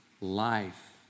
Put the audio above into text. life